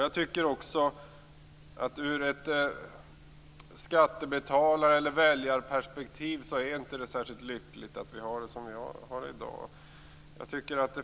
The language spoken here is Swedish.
Jag tycker att det ur ett skattebetalar eller väljarperspektiv i dag inte är särskilt lyckligt att ha det så här.